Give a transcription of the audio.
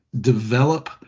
develop